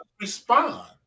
respond